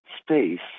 space